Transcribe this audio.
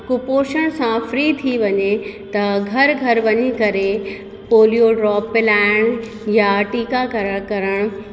कुपोषण सां फ्री थी वञे त घर घर वञी करे पोलियो ड्रोप पिलाइणु या टीकाकर करणु